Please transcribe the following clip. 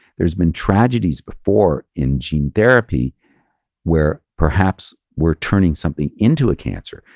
there's been tragedies before in gene therapy where perhaps we're turning something into a cancer.